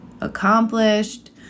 accomplished